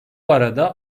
arada